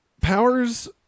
powers